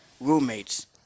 roommates